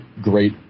great